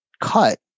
cut